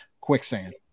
Quicksand